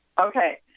Okay